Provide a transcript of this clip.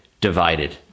divided